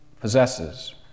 possesses